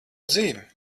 dzīvi